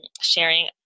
sharing